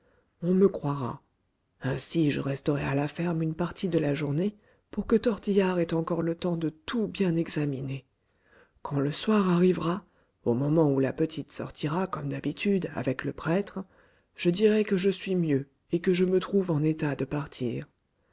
on me croira ainsi je resterai à la ferme une partie de la journée pour que tortillard ait encore le temps de tout bien examiner quand le soir arrivera au moment où la petite sortira comme d'habitude avec le prêtre je dirai que je suis mieux et que je me trouve en état de partir